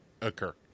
occur